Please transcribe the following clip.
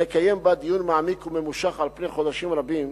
לקיים בה דיון מעמיק וממושך על פני חודשים רבים,